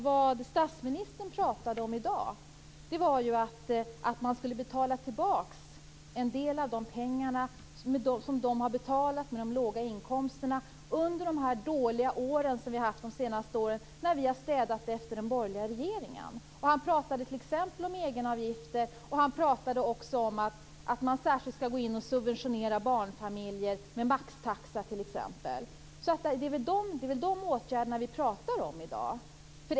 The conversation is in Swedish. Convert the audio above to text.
Vad statsministern talade om i dag var att man skulle betala tillbaka en del av de pengar som de med de låga inkomsterna har betalat under de dåliga år som vi haft när vi städat efter den borgerliga regeringen. Han talade t.ex. om egenavgifter och om att man särskilt skall subventionera barnfamiljer med t.ex. maxtaxa. Det är de åtgärder vi talar om i dag.